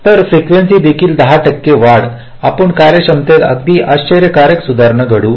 तर फ्रीकेंसी देखील 10 टक्के वाढ आपण कार्यक्षमतेत अगदी आश्चर्यकारक सुधारणा घडवू